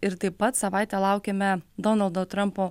ir taip pat savaitę laukėme donaldo trampo